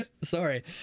sorry